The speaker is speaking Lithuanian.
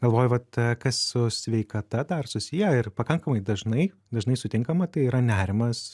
galvoju vat kas su sveikata dar susiję ir pakankamai dažnai dažnai sutinkama tai yra nerimas